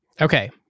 Okay